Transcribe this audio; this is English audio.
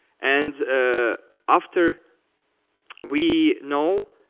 and after we know